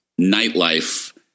nightlife